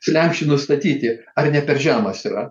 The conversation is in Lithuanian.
slenksčiui nustatyti ar ne per žemas yra